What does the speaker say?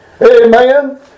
Amen